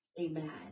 Amen